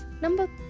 number